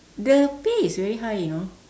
the pay is very high you know